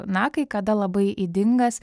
na kai kada labai ydingas